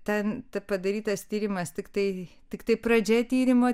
ten padarytas tyrimas tiktai tiktai pradžia tyrimo